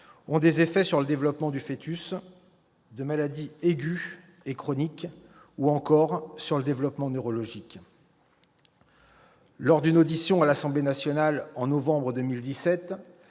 ont des effets sur le développement du foetus, de maladies aiguës et chroniques, ou encore sur le développement neurologique. Lors d'une audition à l'Assemblée nationale en novembre 2017,